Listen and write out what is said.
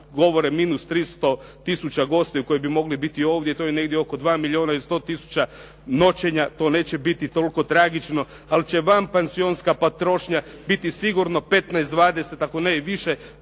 govore minus 300 tisuća gostiju koji bi mogli biti ovdje. To je negdje oko 2 milijuna i 100 tisuća noćenja, to neće biti toliko tragično. Ali će vanpansionska potrošnja biti sigurno 15, 20 ako ne i više